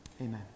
Amen